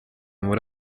muri